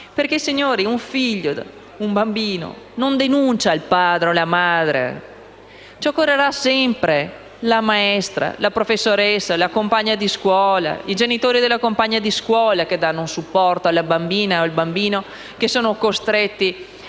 colleghi, un figlio, un bambino non denuncia il padre o la madre; occorrerà che la maestra, la professoressa, la compagna di scuola o i genitori della compagna di scuola diano un supporto alla bambina o al bambino che sono costretti